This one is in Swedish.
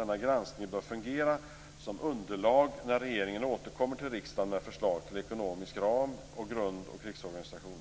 Denna granskning bör fungera som underlag när regeringen återkommer till riksdagen med förslag till ekonomisk ram och grund och krigsorganisation.